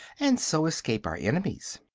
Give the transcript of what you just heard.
and so escape our enemies.